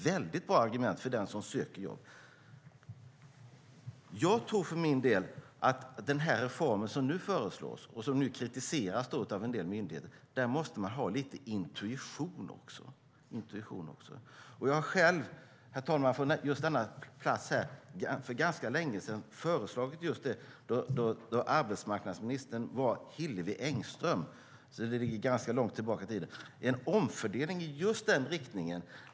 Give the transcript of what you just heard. Vad gäller den reform som nu föreslås och som kritiseras av en del myndigheter tror jag för min del att man måste ha lite intuition också. Jag har själv, herr talman, på denna plats för ganska länge sedan, då Hillevi Engström var arbetsmarknadsminister, vilket ligger tämligen långt tillbaka i tiden, föreslagit en omfördelning i just denna riktning.